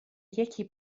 یکی